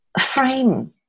frame